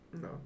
No